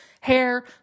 hair